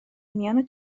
میان